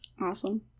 Awesome